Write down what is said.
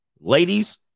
Ladies